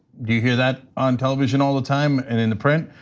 do you hear that on television all the time and in the print?